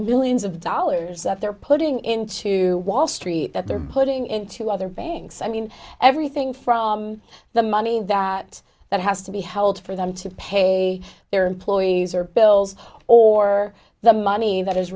millions of dollars that they're putting into wall street that they're putting into other banks i mean everything from the money that that has to be held for them to pay their employees or bills or the money that is